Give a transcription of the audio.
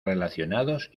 relacionados